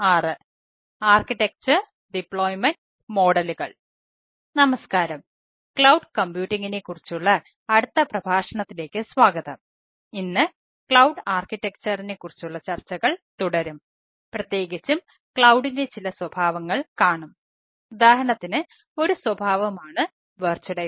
Soumya Kanti Ghosh Department of Computer Science and Engineering Indian Institute of Technology Kharagpur Lecture - 06 പ്രഭാഷണം - 06 Architecture Deployment Models architecture deployment മോഡലുകൾ നമസ്കാരം cloud കമ്പ്യൂട്ടിംഗിനെക്കുറിച്ചുള്ള